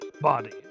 body